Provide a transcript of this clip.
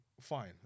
fine